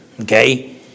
Okay